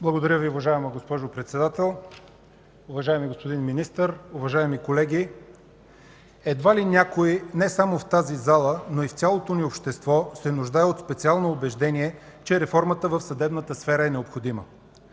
Благодаря Ви, уважаема госпожо Председател. Уважаеми господин Министър, уважаеми колеги! Едва ли някой, не само в тази зала, но и в цялото ни общество се нуждае от специално убеждение, че реформата в съдебната сфера е необходима.